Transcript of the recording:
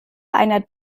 einer